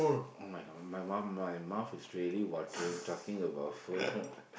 [oh]-my-God my mouth my mouth is really watery talking about food